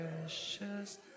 precious